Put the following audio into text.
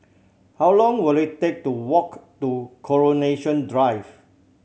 how long will it take to walk to Coronation Drive